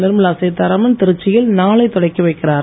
நிர்மலா சீத்தாராமன் திருச்சியில் நாளை தொடக்கி வைக்கிறார்